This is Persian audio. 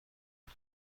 کنی